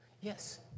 Yes